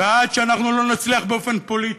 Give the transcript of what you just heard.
ועד שאנחנו לא נצליח באופן פוליטי,